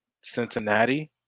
Cincinnati